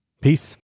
Peace